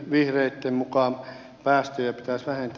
vihreitten mukaan päästöjä pitäisi vähentää